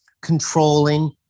controlling